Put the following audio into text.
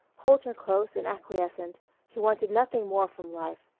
hold her close and acquiescent he wanted nothing more from life.